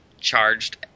charged